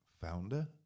founder